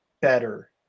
better